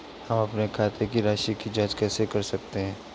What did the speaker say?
हम अपने खाते की राशि की जाँच कैसे कर सकते हैं?